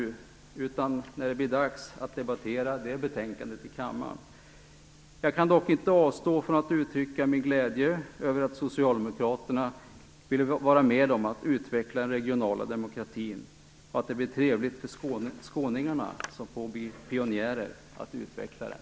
Det skall jag i stället göra när det blir dags att debattera det betänkandet i kammaren. Jag kan dock inte avstå från att uttrycka min glädje över att socialdemokraterna vill vara med om att utveckla den regionala demokratin. Det blir trevligt för skåningarna, som får bli pionjärer, att utveckla den.